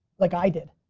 like i did.